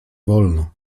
wolno